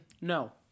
no